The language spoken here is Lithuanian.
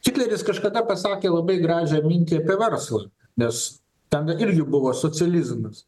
hitleris kažkada pasakė labai gražią mintį apie verslą nes tada irgi buvo socializmas